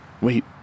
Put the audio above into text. Wait